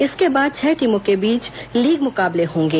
इसके बाद छह टीमों के बीच लीग मुकाबले होंगे